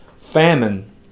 famine